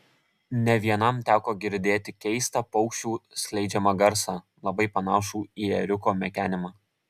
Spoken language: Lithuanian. ne vienam teko girdėti keistą paukščių skleidžiamą garsą labai panašų į ėriuko mekenimą